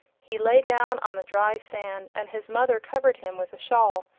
he lay down on the dry sand, and his mother covered him with a shawl.